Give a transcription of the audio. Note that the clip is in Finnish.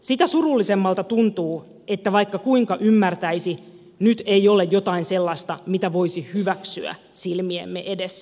sitä surullisemmalta tuntuu että vaikka kuinka ymmärtäisi nyt ei ole jotain sellaista mitä voisi hyväksyä silmiemme edessä